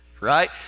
Right